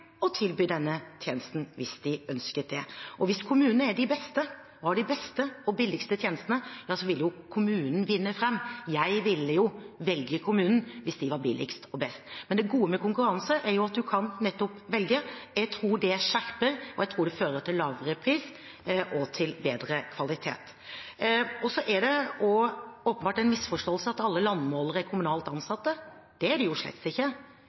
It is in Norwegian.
å tilby denne tjenesten hvis de ønsket det. Hvis kommunene er de beste og har de beste og billigste tjenestene, vil jo kommunene vinne fram. Jeg ville velge kommunen hvis de var billigst og best. Men det gode med konkurranse er at man nettopp kan velge. Jeg tror det skjerper, og jeg tror det fører til lavere pris og til bedre kvalitet. Så er det åpenbart en misforståelse at alle landmålere er kommunalt ansatt. Det er de slett ikke. Det er ikke